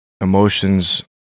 emotions